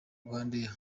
rwandair